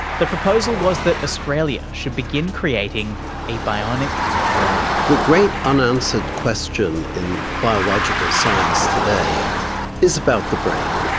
the proposal was that australia should begin creating a bionic brain. the great unanswered question in biological science today is about the brain.